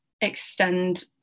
extend